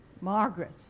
Margaret